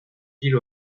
ville